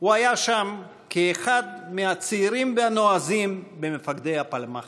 הוא היה שם כאחד מהצעירים והנועזים במפקדי הפלמ"ח.